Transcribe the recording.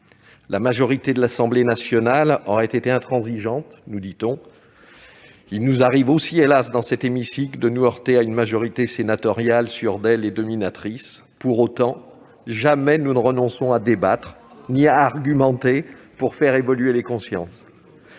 La majorité de l'Assemblée nationale aurait été intransigeante, nous dit-on. Il nous arrive aussi- hélas ! -dans cet hémicycle de nous heurter à une majorité sénatoriale sûre d'elle et dominatrice. C'est osé ! Pour autant, nous ne renonçons jamais à débattre ni à argumenter pour faire évoluer les consciences.